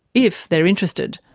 if they are interested.